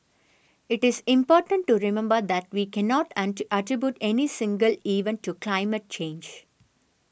it is important to remember that we cannot attribute any single event to climate change